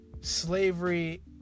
slavery